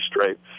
straight